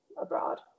abroad